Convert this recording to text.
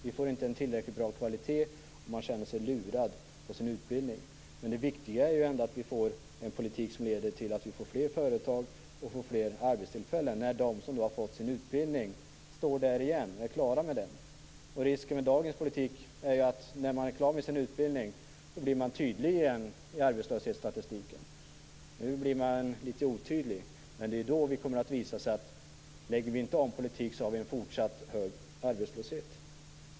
Vi får inte en tillräckligt bra kvalitet, och man känner sig lurad på sin utbildning. Det viktiga är ändå att vi får en politik som leder till att vi får fler företag och fler arbetstillfällen när de som har fått sin utbildning är klara med den och står där igen. Risken med dagens politik är att man när man är klar med sin utbildning återigen blir tydlig i arbetslöshetsstatistiken. Nu är man litet otydligt. Lägger vi inte om politiken kommer det att visa sig att vi har en fortsatt hög arbetslöshet.